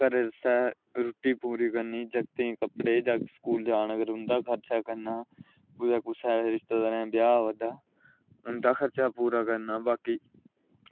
घरै आस्तै रुट्टी पूरी करनी जगतें आस्तै कपड़े जागत् स्कूलै आने पर उंदा खर्चा करना कुदै शैल रिश्तेदारें दे ब्याह् औंदा उंदा खर्चा करना बाकी